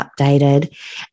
updated